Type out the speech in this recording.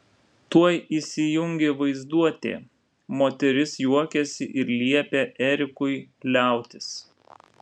tuoj įsijungė vaizduotė moteris juokėsi ir liepė erikui liautis